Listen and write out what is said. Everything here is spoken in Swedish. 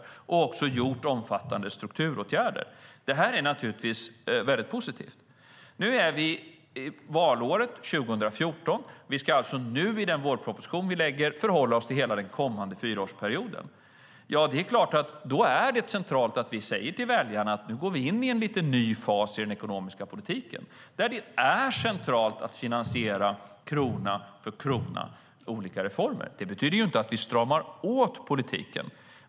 Man har också vidtagit omfattande strukturåtgärder. Det är naturligtvis väldigt positivt. Nu är vi i valåret 2014. Vi ska alltså i den vårproposition som vi lägger fram förhålla oss till hela den kommande fyraårsperioden. Det är klart att det då är centralt att vi säger till väljarna att vi nu går in i en lite ny fas i den ekonomiska politiken, där det är centralt att krona för krona finansiera olika reformer. Det betyder inte att vi stramar åt politiken.